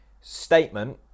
Statement